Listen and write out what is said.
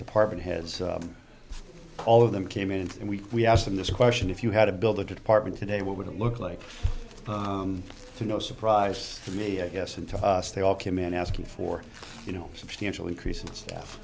department heads of all of them came in and we asked them this question if you had to build a department today what would it look like to no surprise to me i guess and to us they all came in asking for you know a substantial increase in staff